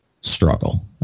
struggle